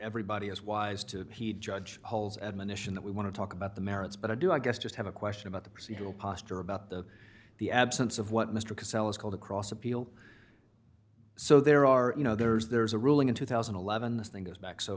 everybody is wise to heed judge holes admonition that we want to talk about the merits but i do i guess just have a question about the procedural posture about the the absence of what mr casella is called across appeal so there are you know there's there's a ruling in two thousand and eleven this thing goes back so